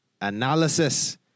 analysis